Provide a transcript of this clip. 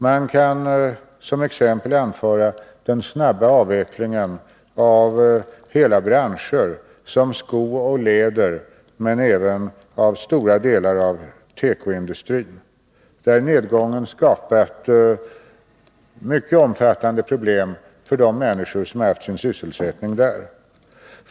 Man kan som exempel anföra den snabba avvecklingen av hela branscher, som skooch läderindustrin, men även av stora delar av tekoindustrin, där nedgången har skapat mycket omfattande problem för de människor som har haft sin sysselsättning inom dessa branscher.